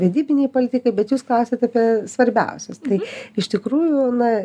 vedybinei politikai bet jūs klausėt apie svarbiausius tai iš tikrųjų na